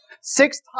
Six